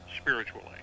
spiritually